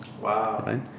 Wow